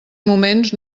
moments